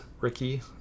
ricky